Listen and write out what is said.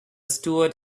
stewart